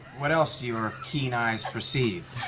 what else do your keen eyes perceive?